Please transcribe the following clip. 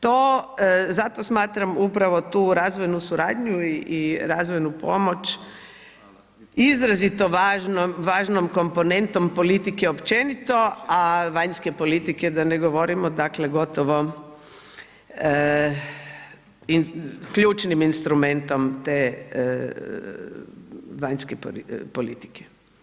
To zato smatram upravo tu razvojnu suradnju i razvojnu pomoć izrazito važnom komponentom politike općenito a vanjske politike da ne govorimo, dakle gotovo ključnim instrumentom te vanjske politike.